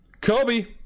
Kobe